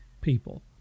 people